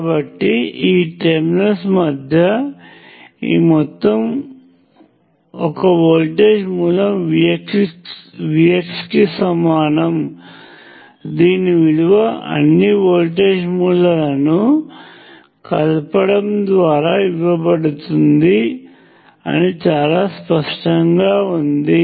కాబట్టి ఈ టెర్మినల్స్ మధ్య ఈ మొత్తం ఒక వోల్టేజ్ మూలం VX కి సమానం దీని విలువ అన్ని వోల్టేజ్ మూలాలను కలపడము ద్వారా ఇవ్వబడుతుంది అని చాలా స్పష్టంగా ఉంది